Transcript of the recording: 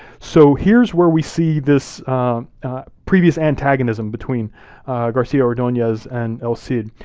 so here's where we see this previous antagonism between garcia ordooez and el cid,